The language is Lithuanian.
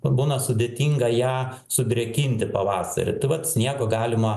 būna sudėtinga ją sudrėkinti pavasarį tai vat sniego galima